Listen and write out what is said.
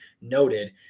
noted